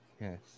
Yes